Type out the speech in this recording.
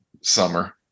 summer